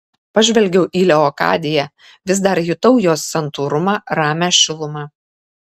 pažvelgiau į leokadiją vis dar jutau jos santūrią ramią šilumą